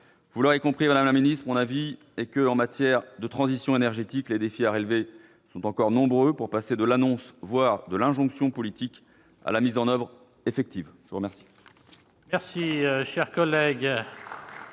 Vous l'aurez compris, madame la ministre, mon avis est que, en matière de transition énergétique, les défis à relever sont encore nombreux pour passer de l'annonce, voire de l'injonction politique, à la mise en oeuvre effective. La parole